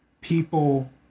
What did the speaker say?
people